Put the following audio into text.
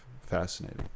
fascinating